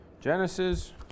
Genesis